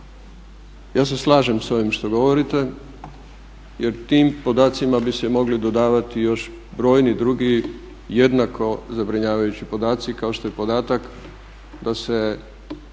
ja se slažem s ovim što govorite jer tim podacima bi se mogli dodavati još brojni drugi jednako zabrinjavajući podaci kao što je podatak da se